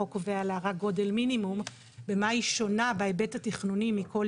החוק קובע גודל מינימום במה היא שונה בהיבט התכנוני מכל